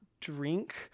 drink